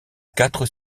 quatre